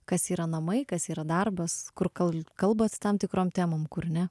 kas yra namai kas yra darbas kur kal kalbat tam tikrom temom kur ne